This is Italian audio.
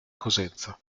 cosenza